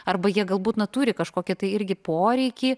arba jie galbūt na turi kažkokį tai irgi poreikį